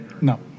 no